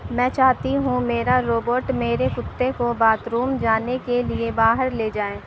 میں چاہتی ہوں میرا روبوٹ میرے کتے کو باتھروم جانے کے لیے باہر لے جائیں